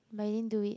but I didn't do it